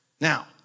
Now